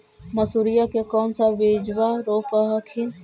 मसुरिया के कौन सा बिजबा रोप हखिन?